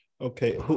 Okay